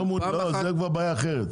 זה כבר בעיה אחרת.